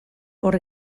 hor